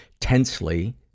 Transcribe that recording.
tensely